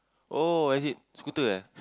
oh is it scooter eh